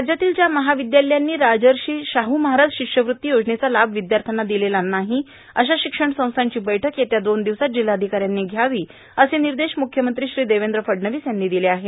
राज्यातल्या ज्या महाविद्यालयांनी राजर्षी शाहू महाराज शिष्यवृत्ती योजनेचा लाभ विद्यार्थ्याना दिलेला नाही अशा शिक्षण संस्थांची बैठक येत्या दोन दिवसात जिल्हाधिकाऱ्यांनी घ्यावी असे निर्देश मुख्यमंत्री श्री देवेंद्र फडणवीस यांनी दिले आहेत